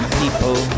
people